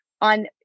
on